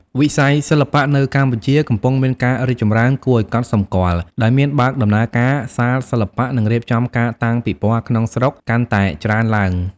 វិស័យសិល្បៈនៅកម្ពុជាកំពុងមានការរីកចម្រើនគួរឲ្យកត់សម្គាល់ ដោយមានបើកដំណើរការសាលសិល្បៈ និងរៀបចំការតាំងពិពណ៌ក្នុងស្រុកកាន់តែច្រើនឡើង។